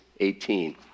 18